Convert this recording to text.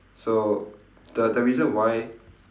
so the the reason why